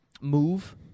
move